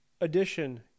addition